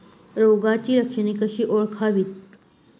रोगाची लक्षणे कशी ओळखावीत?